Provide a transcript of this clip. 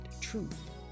truth